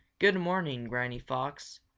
good morning, granny fox.